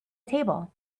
table